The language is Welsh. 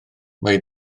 mae